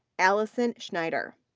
allison schneider.